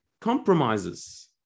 Compromises